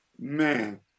man